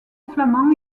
flamand